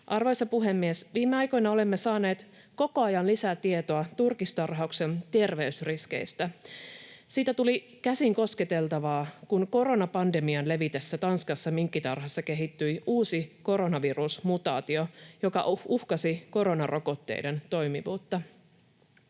Arvoisa puhemies! Viime aikoina olemme saaneet koko ajan lisää tietoa turkistarhauksen terveysriskeistä. Siitä tuli käsin kosketeltavaa, kun koronapandemian levitessä Tanskassa minkkitarhassa kehittyi uusi koronavirusmutaatio, joka uhkasi koronarokotteiden toimivuutta.